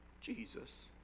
Jesus